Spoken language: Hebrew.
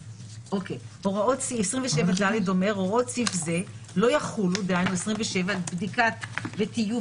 הוראות 27ד אומר: הוראות סעיף זה לא יחולו - בדיקת וטיוב